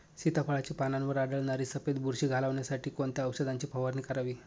सीताफळाचे पानांवर आढळणारी सफेद बुरशी घालवण्यासाठी कोणत्या औषधांची फवारणी करावी?